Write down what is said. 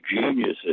geniuses